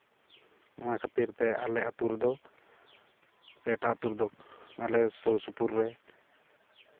ᱚᱱᱟ ᱠᱷᱟᱹᱛᱤᱨ ᱛᱮ ᱟᱞᱮ ᱟᱹᱛᱩ ᱨᱮᱫᱚ ᱥᱮ ᱮᱴᱟᱜ ᱟᱹᱛᱩ ᱨᱮᱫᱚ ᱟᱞᱮ ᱥᱩᱨ ᱥᱩᱯᱩᱨ ᱨᱮ